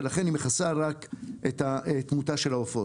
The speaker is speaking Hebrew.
ולכן היא מכסה רק את התמותה של העופות,